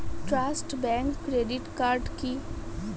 Trust bank credit card কি?